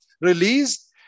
released